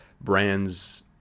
brands